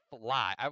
fly